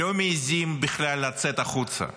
לא מעיזים בכלל לצאת החוצה,